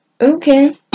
Okay